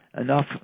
enough